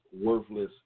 worthless